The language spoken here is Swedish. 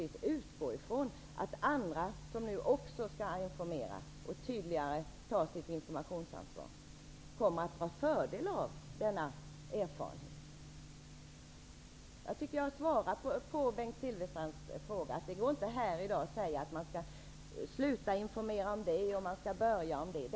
Jag utgår ifrån att andra som också skall informera och tydligare ta sitt informationsansvar kommer att dra fördel av denna erfarenhet. Därmed tycker jag att jag har svarat på Bengt Silfverstrands fråga. Det går inte att här i dag säga att man skall sluta att informera om det ena och att man skall börja att informera om det andra.